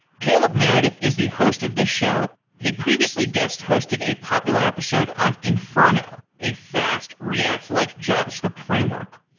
caleb meredith is the host of this show. he previously guest-hosted a popular episode on inferno, a fast react-like javascript framework.